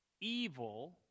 evil